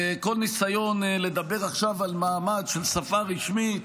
ואני חושב שכל ניסיון לדבר עכשיו על מעמד של שפה רשמית